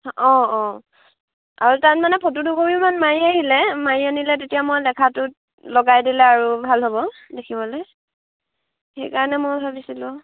অঁ অঁ আৰু তাত মানে ফটো দুকপিমান মাৰি আহিলে মাৰি আনিলে তেতিয়া মই লেখাটোত লগাই দিলে আৰু ভাল হ'ব দেখিবলৈ সেই কাৰণে মই ভাবিছিলোঁ